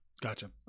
Gotcha